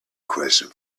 question